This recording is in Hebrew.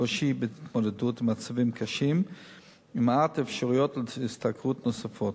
קושי בהתמודדות עם מצבים קשים ומעט אפשרויות השתכרות נוספות.